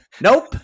Nope